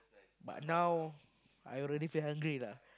but now I already feel hungry lah